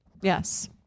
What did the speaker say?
Yes